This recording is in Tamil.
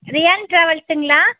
ரியான் ட்ராவெல்ஸ்ஸூங்களா